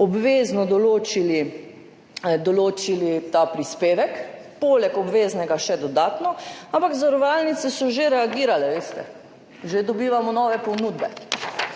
obvezno določili ta prispevek, poleg obveznega še dodatno, ampak zavarovalnice so že reagirale, veste. Že dobivamo nove ponudbe.